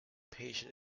patient